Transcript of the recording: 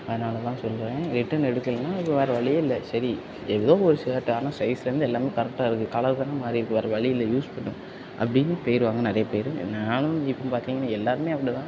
அதனால தான் சொல்லுறேன் ரிட்டன் எடுக்கலன்னா அதுக்கு வேறு வழியே இல்லை சரி எதோ ஒரு ஷர்ட் ஆனால் சைஸ்லேந்து எல்லாமே கரெக்டாக இருக்கு கலர் தான மாறி இருக்கு வேறு வழி இல்லை யூஸ் பண்ணு அப்படின்னு போயிருவாங்க நிறைய பேர் நானும் எப்படின் பார்த்தீங்கன்னா எல்லாருமே அப்டி தான்